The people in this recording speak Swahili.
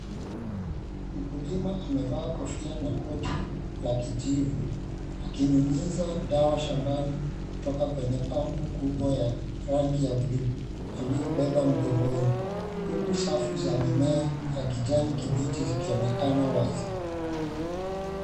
Mkulima amevaa kofia na koti la kijivu akinyunyiza dawa shambani kutoka kwenye pampu kubwa ya rangi ya buluu aliyobeba mgongoni. Huku safu za mimea ya kijani kibichi zikionekana wazi.